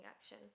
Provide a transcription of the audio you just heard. action